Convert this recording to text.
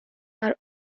are